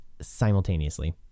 simultaneously